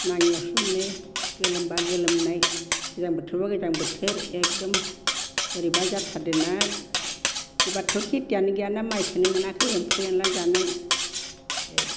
नाङियावसो मोनो गोलोमबा गोलोमनाय गोजां बोथोरबा गोजां बोथोर एकदम बोरैबा जाथारदोंना बेबारावथ' खेतियानो गैयाना माइखौनो मोनाखै एम्फौ एनला जानाय